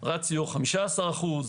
רציו 15%,